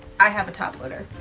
i have a top loader.